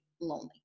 lonely